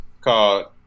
called